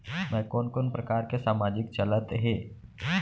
मैं कोन कोन प्रकार के सामाजिक चलत हे?